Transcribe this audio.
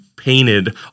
painted